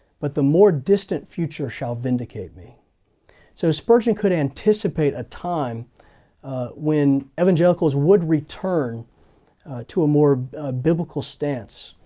but the more distant future shall vindicate me so spurgeon could anticipate a time when evangelicals would return to a more biblical stance,